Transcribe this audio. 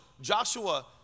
Joshua